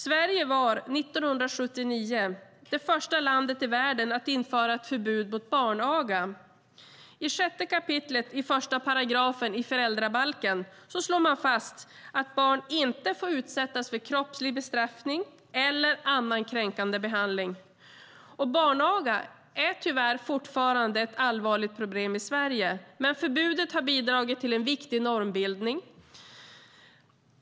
År 1979 var Sverige det första landet i världen att införa ett förbud mot barnaga. I 6 kap. 1 § i föräldrabalken slås det fast att barn inte får utsättas för kroppslig bestraffning eller annan kränkande behandling. Barnaga är tyvärr fortfarande ett allvarligt problem i Sverige, men förbudet har bidragit till en viktig normbildning.